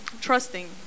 trusting